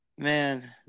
Man